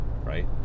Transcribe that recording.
right